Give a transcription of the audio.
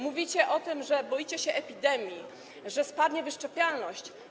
Mówicie o tym, że boicie się epidemii, że spadnie wyszczepialność.